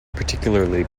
particularly